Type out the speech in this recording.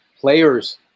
Players